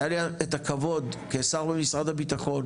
היה לי את הכבוד כשר במשרד הביטחון